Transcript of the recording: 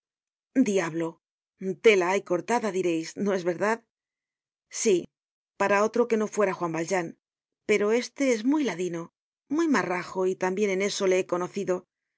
diablo tela hay cortada direis no es verdad sí para otro que no fuera juan valjean pero este es muy ladino muy marrajo y tambien en eso le he conocido